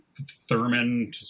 thurman